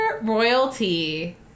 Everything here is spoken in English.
Royalty